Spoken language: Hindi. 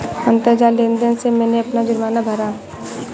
अंतरजाल लेन देन से मैंने अपना जुर्माना भरा